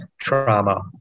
trauma